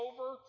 over